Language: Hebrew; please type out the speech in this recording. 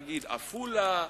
נגיד עפולה,